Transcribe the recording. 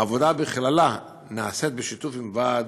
העבודה בכללה נעשית בשיתוף עם ועד